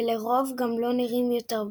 ולרוב גם לא נראים יותר בהוגוורטס.